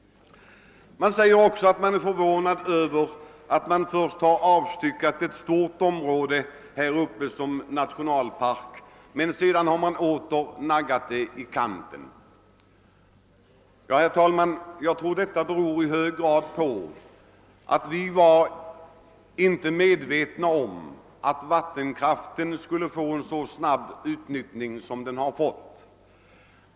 Man säger också att man är förvånad över att man först har avstyckat ett stort område här uppe som nationalpark men sedan har naggat det i kanten. Jag tror att detta beror i hög grad på att vi inte var medvetna om att vattenkraften skulle behöva utnyttjas i så stor utsträckning och så snabbt som skett.